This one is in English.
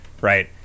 Right